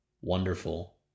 wonderful